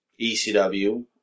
ECW